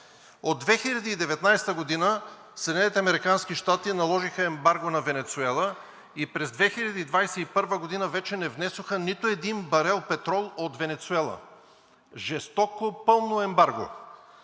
щати, наложиха ембарго на Венецуела и през 2021 г. вече не внесоха нито един барел петрол от Венецуела. Жестоко, пълно ембарго.